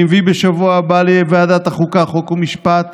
אני מביא בשבוע הבא לוועדת החוקה, חוק ומשפט